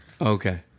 Okay